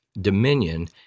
dominion